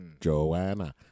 Joanna